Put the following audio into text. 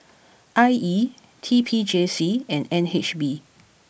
I E T P J C and N H B